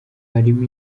harimo